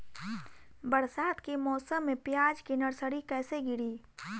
बरसात के मौसम में प्याज के नर्सरी कैसे गिरी?